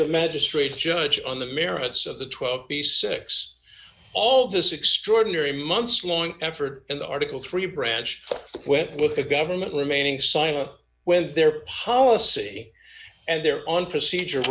the magistrate judge on the merits of the twelve b six all this extraordinary months long effort in the article three branch went with the government remaining silent when their policy and their own procedure